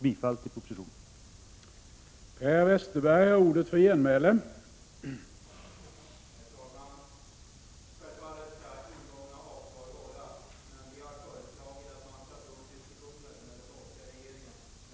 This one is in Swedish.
Bifall till utskottets hemställan!